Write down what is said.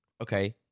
okay